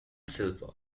silver